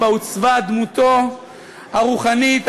בה עוצבה דמותו הרוחנית,